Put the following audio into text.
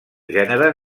gènere